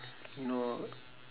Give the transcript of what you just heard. you know